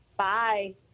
Bye